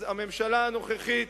אז הממשלה הנוכחית,